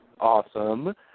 Awesome